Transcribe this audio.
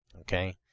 Okay